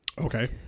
Okay